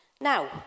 Now